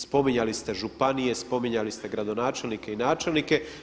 Spominjali ste županije, spominjali ste gradonačelnike i načelnike.